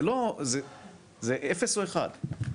זה אפס או אחד,